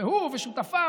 הוא ושותפיו,